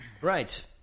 right